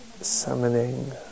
Summoning